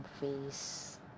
face